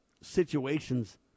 situations